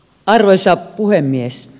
arvoisa puhemies